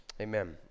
Amen